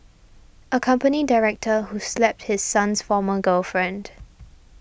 a company director who slapped his son's former girlfriend